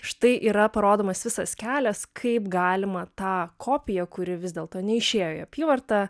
štai yra parodomas visas kelias kaip galima tą kopiją kuri vis dėlto neišėjo į apyvartą